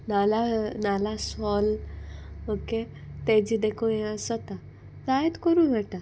नाल्ला नाल्ला सोल्ल ओके तेजी देखून हें आसोता जायत कोरूं मेळटा